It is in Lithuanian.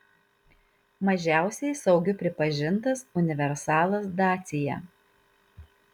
mažiausiai saugiu pripažintas universalas dacia